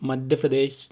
Madhya Pradesh